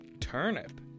Turnip